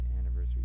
anniversary